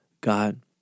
God